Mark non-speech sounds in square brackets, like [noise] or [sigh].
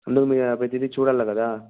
[unintelligible] ప్రతిదీ చూడాలి కదా